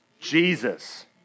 Jesus